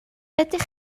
ydych